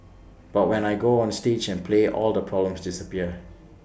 but when I go onstage and play all the problems disappear